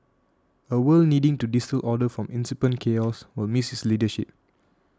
a world needing to distil order from incipient chaos will miss his leadership